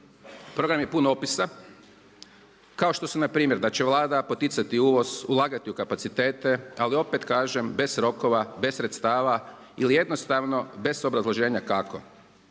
Program je pun opisa kao što su npr. da će Vlada poticati uvoz, ulagati u kapacitete, ali opet kažem bez rokova, bez sredstava ili jednostavno bez obrazloženja kako.